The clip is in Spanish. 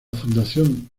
fundación